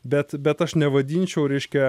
bet bet aš nevadinčiau reiškia